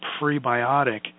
prebiotic